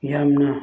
ꯌꯥꯝꯅ